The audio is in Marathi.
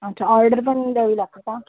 अच्छा ऑर्डर पण द्यावी लागते का